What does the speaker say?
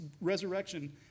resurrection